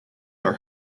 are